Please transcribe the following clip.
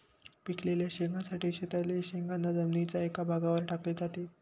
पिकलेल्या शेंगांसाठी शेतातील शेंगांना जमिनीच्या एका भागावर टाकले जाते